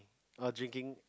err drinking